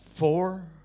Four